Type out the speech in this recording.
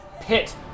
pit